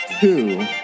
two